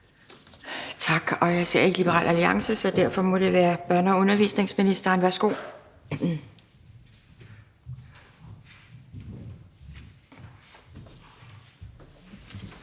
Tak for det. Jeg ser ikke Liberal Alliances ordfører, så derfor må det være børne- og undervisningsministerens tur. Værsgo.